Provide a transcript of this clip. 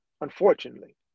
Unfortunately